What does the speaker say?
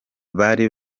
bari